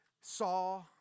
saw